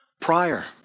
prior